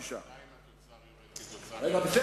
6. מה אם ירד,